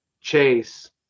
chase